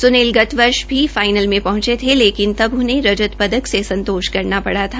सुनील गत वर्ष भी फाईनल में पहंचे थे लेकिन तब उन्हें रजत पदक से संतोष करना पड़ा था